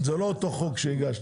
זה לא אותו חוק שהגשת.